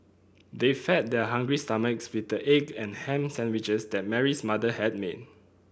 they fed their hungry stomachs with the egg and ham sandwiches that Mary's mother had made